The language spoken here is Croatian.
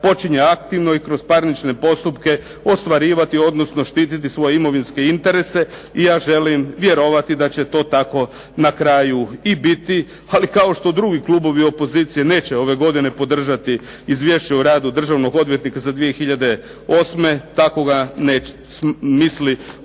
počinje aktivno i kroz parnične postupke ostvarivati, odnosno štiti svoj imovinske interese. Ja želim vjerovati da će to na kraju to tako i biti. Ali kao što drugi klubovi opozicije neće ove godine podržati izvješće o radu državnog odvjetnika za 2008. tako ga ne misli